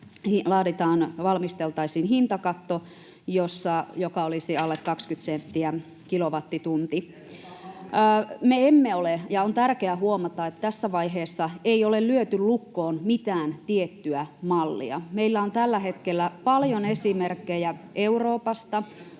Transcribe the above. että valmisteltaisiin hintakatto, joka olisi alle 20 senttiä kilowattitunti. [Ben Zyskowicz: Kertokaa mallinne!] On tärkeä huomata, että tässä vaiheessa ei ole lyöty lukkoon mitään tiettyä mallia. Meillä on tällä hetkellä paljon esimerkkejä Euroopasta.